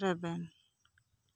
ᱨᱮᱵᱮᱱ